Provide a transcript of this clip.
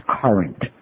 current